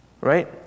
Right